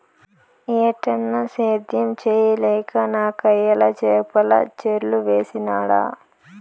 ఏటన్నా, సేద్యం చేయలేక నాకయ్యల చేపల చెర్లు వేసినాడ